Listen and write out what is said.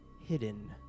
hidden